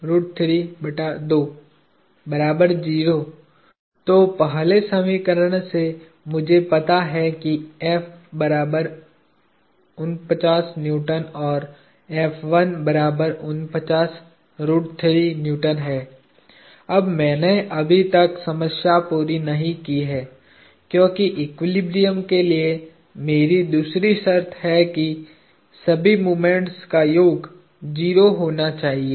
तो पहले समीकरण से मुझे पता है कि और अब मैंने अभी तक समस्या पूरी नहीं की है क्योंकि एक्विलिब्रियम के लिए मेरी दूसरी शर्त है कि सभी मोमेंट्स का योग 0 होना चाहिए